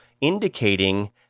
indicating